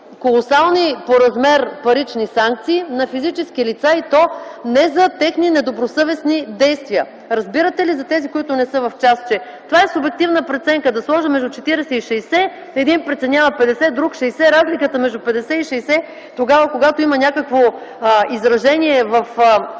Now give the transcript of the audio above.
колосални по размер парични санкции на физически лица, и то не за техни недобросъвестни действия. Разбирате ли – за тези, които не са в час, че това е субективна преценка: да сложа между 40 и 60, един преценява – 50, друг – 60. Разликата между 50 и 60, когато има някакво изражение в